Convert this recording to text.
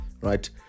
right